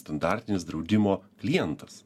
standartinis draudimo klientas